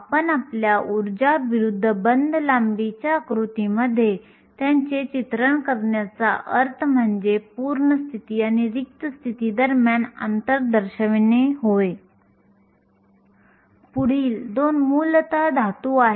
आता हे एक अतिशय महत्वाचे समीकरण आहे जिथे वाहकता ही इलेक्ट्रॉनचे प्रमाण आणि गतिशीलतेशी संबंधित आहे